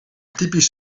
typisch